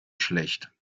schlecht